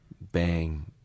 bang